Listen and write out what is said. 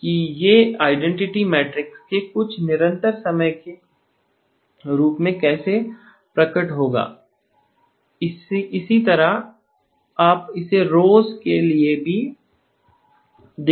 कि यह identity matrix के कुछ निरंतर समय के रूप में कैसे प्रकट होगा और इसी तरह आप इसे रोव्ज के लिए भी दिखा सकते हैं